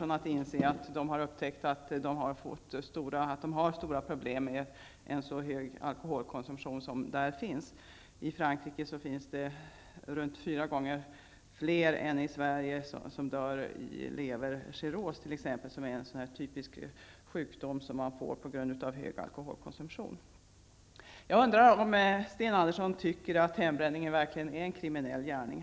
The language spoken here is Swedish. han att inse att man där har upptäckt att man har stora problem med den höga alkoholkonsumtionen. I Frankrike dör ungefär fyra gånger fler än i Sverige i levercirros, som är en typisk sjukdom förorsakad av hög alkoholkomsumtion. Jag undrar om Sten Andersson verkligen anser att hembränning är en kriminell handling.